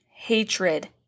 hatred